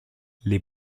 les